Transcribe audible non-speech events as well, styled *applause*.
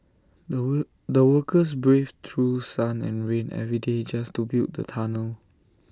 the *unintelligible* the workers braved through sun and rain every day just to build the tunnel